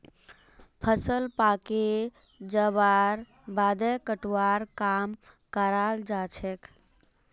फसल पाके जबार बादे कटवार काम कराल जाछेक